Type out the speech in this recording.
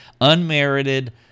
unmerited